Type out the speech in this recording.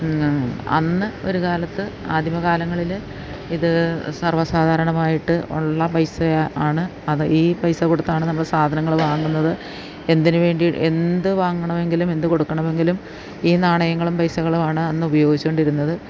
അന്ന് ഒരുകാലത്ത് ആദിമ കാലങ്ങളില് ഇതു സർവസാധാരണമായിട്ടുള്ള പൈസ ആണ് അത് ഈ പൈസ കൊടുത്താണ് നമ്മള് സാധനങ്ങള് വാങ്ങുന്നത് എന്തിനു വേണ്ടി എന്തു വാങ്ങണമെങ്കിലും എന്തു കൊടുക്കണമെങ്കിലും ഈ നാണയങ്ങളും പൈസകളുമാണ് അന്ന് ഉപയോഗിച്ചുകൊണ്ടിരുന്നത്